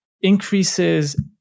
increases